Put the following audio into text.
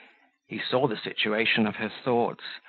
he saw the situation of her thoughts,